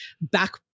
Back